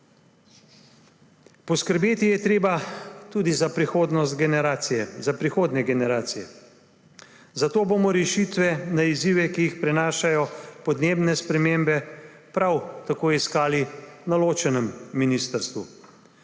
Poskrbeti je treba tudi za prihodnje generacije, zato bomo rešitve na izzive, ki jih prinašajo podnebne spremembe, prav tako iskali na ločenem ministrstvu.